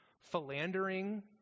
philandering